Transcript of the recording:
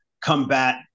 combat